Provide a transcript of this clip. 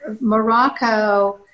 Morocco